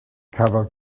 cafodd